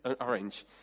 Orange